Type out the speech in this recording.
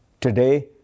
Today